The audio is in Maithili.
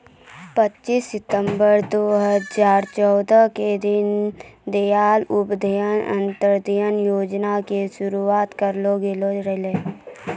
पच्चीस सितंबर दू हजार चौदह के दीन दयाल उपाध्याय अंत्योदय योजना के शुरुआत करलो गेलो रहै